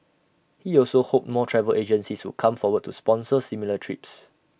he also hoped more travel agencies would come forward to sponsor similar trips